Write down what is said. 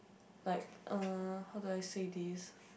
like uh how do I say this